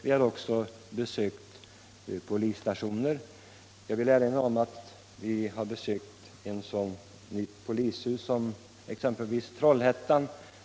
Vi har också besökt polisstationer, bl.a. ett nytt polishus i Trollhättan.